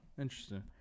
Interesting